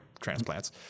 transplants